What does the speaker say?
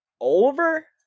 over